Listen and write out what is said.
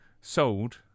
sold